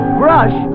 brush